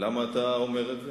למה אתה אומר את זה?